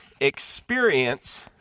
experience